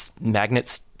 magnets